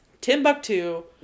Timbuktu